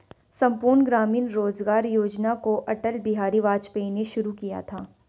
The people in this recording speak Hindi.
संपूर्ण ग्रामीण रोजगार योजना को अटल बिहारी वाजपेयी ने शुरू किया था